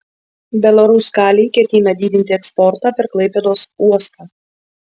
belaruskalij ketina didinti eksportą per klaipėdos uostą